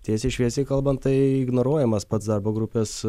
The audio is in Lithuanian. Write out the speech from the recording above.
tiesiai šviesiai kalbant tai ignoruojamas pats darbo grupės